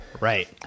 Right